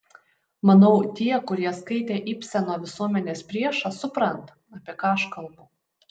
manau tie kurie skaitė ibseno visuomenės priešą supranta apie ką aš kalbu